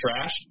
trash